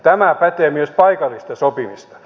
tämä pätee myös paikalliseen sopimiseen